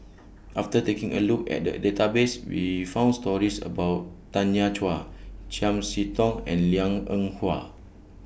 after taking A Look At The Database We found stories about Tanya Chua Chiam See Tong and Liang Eng Hwa